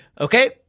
Okay